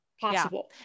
possible